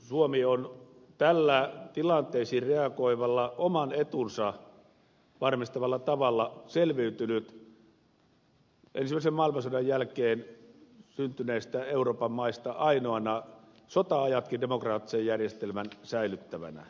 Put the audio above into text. suomi on tällä tilanteisiin reagoivalla oman etunsa varmistavalla tavalla selviytynyt ensimmäisen maailmansodan jälkeen syntyneistä euroopan maista ainoana sota ajatkin demokraattisen järjestelmän säilyttäneenä valtiona